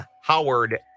Howard